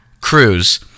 cruise